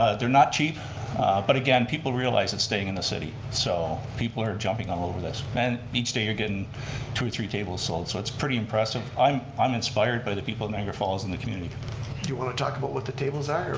ah they're not cheap but again, people realize it's staying in the city so people are jumping all over this and each day you're getting two or three tables sold so it's pretty impressive. i'm i'm inspired by the people of niagara falls and the community. do you want to talk about what the tables are?